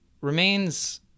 Remains